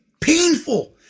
painful